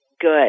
good